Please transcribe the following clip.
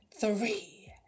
Three